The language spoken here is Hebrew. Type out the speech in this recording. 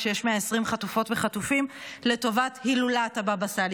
כשיש 120 חטופות וחטופים לטובת הילולת הבבא סאלי.